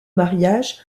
mariage